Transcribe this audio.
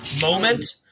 Moment